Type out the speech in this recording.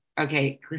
okay